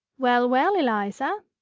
well, well, eliza!